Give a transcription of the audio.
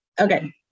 Okay